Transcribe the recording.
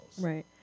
Right